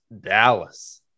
Dallas